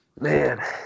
man